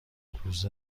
روز